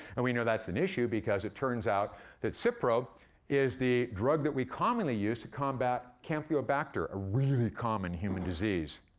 and we know that's an issue because turns out that so cipro is the drug that we commonly use to combat campylobacter, a really common human disease.